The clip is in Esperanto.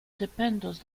dependos